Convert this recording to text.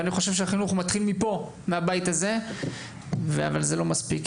אני חושב שהחינוך מתחיל מהבית הזה אבל זה לא מספיק.